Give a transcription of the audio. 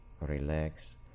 relax